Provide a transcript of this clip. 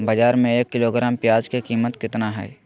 बाजार में एक किलोग्राम प्याज के कीमत कितना हाय?